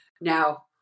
Now